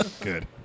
Good